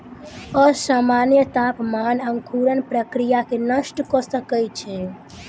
असामन्य तापमान अंकुरण प्रक्रिया के नष्ट कय सकै छै